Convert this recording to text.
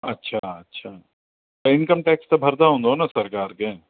अच्छा अच्छा त इनकम टेक्स त भरंदा हूंदा न सरकार खे